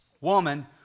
woman